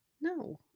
No